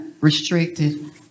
restricted